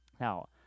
Now